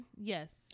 Yes